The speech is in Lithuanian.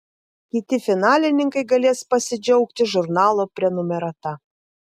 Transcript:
kiti finalininkai galės pasidžiaugti žurnalo prenumerata